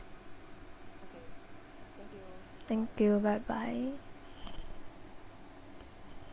thank you bye bye